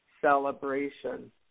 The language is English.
Celebration